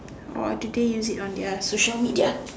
or do they use it on their social media